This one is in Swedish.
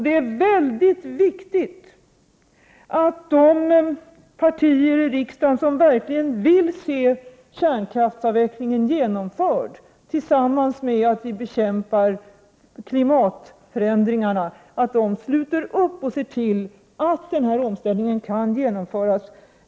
Det är väldigt viktigt att de partier i riksdagen som verkligen vill se kärnkraftsavvecklingen genomförd, samtidigt som vi bekämpar klimatförändringarna, sluter upp och ser till att den här omställningen kan genomföras.